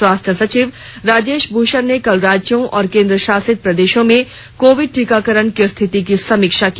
स्वास्थ्य सचिव राजेश भूषण ने कल राज्यों और केंद्रशासित प्रदेशों में कोविड टीकाकरण की स्थिति की समीक्षा की